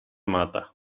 mata